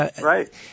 right